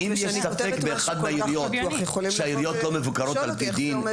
האם יש ספק באחת מהעיריות שהעיריות לא מבוקרות על פי דין?